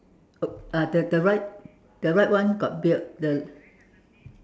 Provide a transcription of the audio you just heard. uh uh the the right the right one got beard the